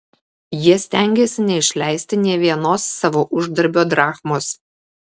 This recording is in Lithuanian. jie stengėsi neišleisti nė vienos savo uždarbio drachmos